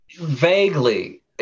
vaguely